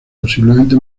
posiblemente